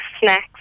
snacks